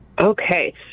Okay